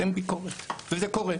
אין ביקורת וזה קורה.